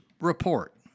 report